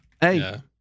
Hey